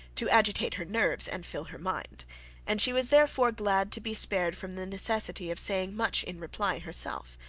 to agitate her nerves and fill her mind and she was therefore glad to be spared from the necessity of saying much in reply herself,